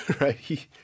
right